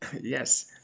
Yes